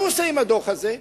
מה הוא עושה עם הדוח הזה?